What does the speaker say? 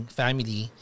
family